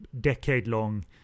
decade-long